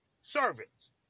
servants